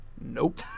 Nope